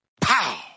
pow